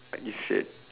like you said